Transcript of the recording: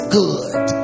good